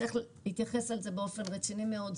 צריך להתייחס אל זה באופן רציני מאוד.